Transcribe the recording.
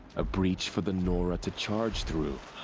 a breach for the nora to charge through.